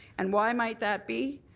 and why might that be?